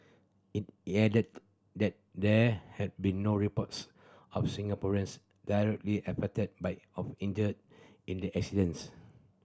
it it added that there had been no reports of Singaporeans directly affected by of injured in the incidents